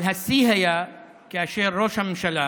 אבל השיא היה כאשר ראש הממשלה